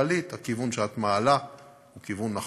כללית, הכיוון שאת מעלה הוא כיוון נכון.